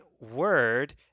word